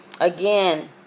Again